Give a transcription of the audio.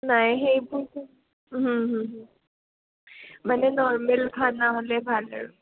নাই সেইবোৰ মানে নৰৰ্মেল খানা হ'লে ভাল আৰু